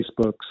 Facebooks